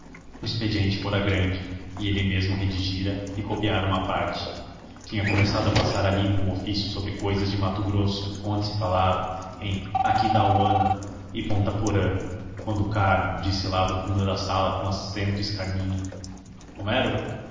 o expediente fora grande e ele mesmo redigira e copiara uma parte tinha começado a passar a limpo um ofício sobre cousas de mato grosso onde se falava em aquidauana e ponta porã quando o carmo disse lá do fundo da sala com acento escarninho homero